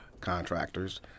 contractors